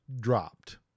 dropped